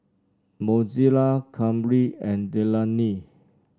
Mozella Kamryn and Delaney